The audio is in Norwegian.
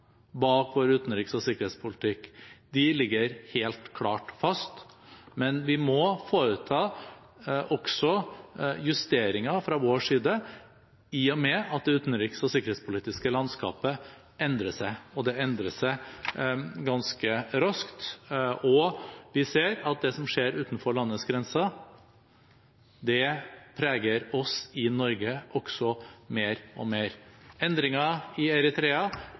bak vår utenriks- og sikkerhetspolitikk ligger helt klart fast, men vi må også foreta justeringer fra vår side, i og med at det utenriks- og sikkerhetspolitiske landskapet endrer seg. Og det endrer seg ganske raskt. Vi ser at det som skjer utenfor landets grenser, preger oss i Norge mer og mer. Endringer i Eritrea